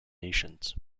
nations